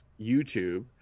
YouTube